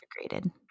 integrated